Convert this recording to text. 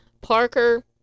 Parker